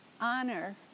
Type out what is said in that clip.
honor